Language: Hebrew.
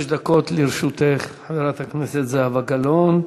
חמש דקות לרשותך, חברת הכנסת זהבה גלאון.